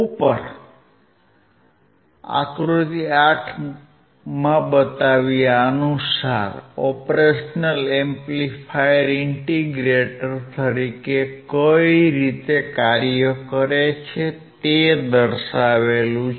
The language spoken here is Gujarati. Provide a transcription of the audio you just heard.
ઉપર મુજબ આકૃતિ 8 અનુસાર ઓપ એમ્પ ઇન્ટીગ્રેટર તરીકે કઇ રીતે કાર્ય કરે છે તે દર્શાવેલ છે